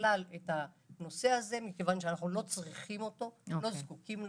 בכלל את הנושא הזה כיוון שאנחנו צריכים אותו ולא זקוקים לו,